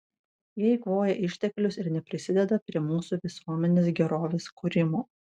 jie eikvoja išteklius ir neprisideda prie mūsų visuomenės gerovės kūrimo